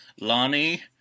Lonnie